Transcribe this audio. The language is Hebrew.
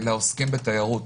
לעוסקים בתיירות.